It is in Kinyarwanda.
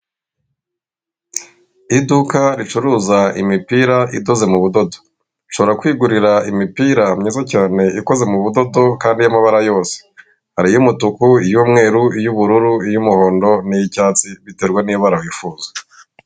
Iduka ricuruza imipira idoze m'ubudodo, nshobora kwigurira imipira myiza cyane ikoze m'ubudodo kandi yamabara yose. Hari iy'umutuku, iy'umweru, iy'ubururu, iy'umuhondo niy'icyatsi biterwa n'ibara wifuza.